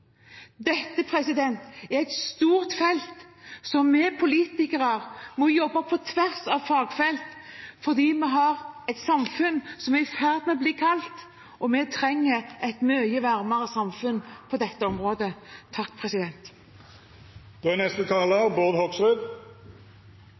Dette er et stort felt, der vi politikere må jobbe på tvers av fagfelt fordi vi har et samfunn som er i ferd med å bli kaldt, og vi trenger et mye varmere samfunn på dette området.